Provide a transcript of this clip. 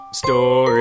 story